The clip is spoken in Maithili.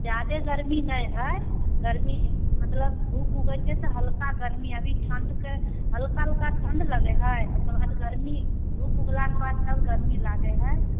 ज्यादे गरमी नहि हइ गरमी मतलब धूप उगै छै तऽ हल्का गरमी अभी ठण्डके हल्का हल्का ठण्ड लगै हइ ओकर बाद गरमी धूप उगलाके बाद तब गरमी लागै हइ